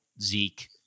Zeke